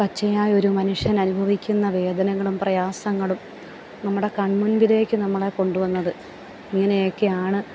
പച്ചയായ ഒരു മനുഷ്യൻ അനുഭവിക്കുന്ന വേദനകളും പ്രയാസങ്ങളും നമ്മുടെ കൺമുൻപിലേക്ക് നമ്മളെ കൊണ്ടുവന്നത് ഇങ്ങനെയൊക്കെയാണ്